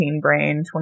brain